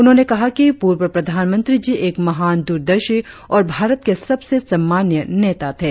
उन्होंने कहा पूर्व प्रधानमंत्री जी एक महान द्रदर्शी और भारत के सबसे सम्मानीय नेता थे